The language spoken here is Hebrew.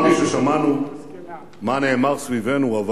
בהפגנה, אנחנו